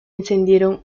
encendieron